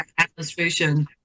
administration